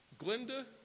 Glenda